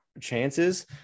chances